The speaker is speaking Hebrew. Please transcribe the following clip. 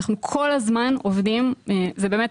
אנחנו כל הזמן עובדים באמת,